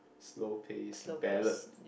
slow pace ballad